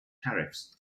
tariffs